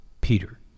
Peter